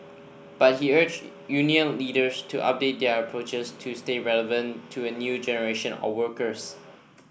but he urged union leaders to update their approaches to stay relevant to a new generation of workers